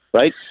Right